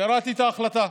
קראתי את ההחלטה,